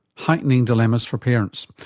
heightening dilemmas for parents.